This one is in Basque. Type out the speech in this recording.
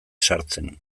sartzen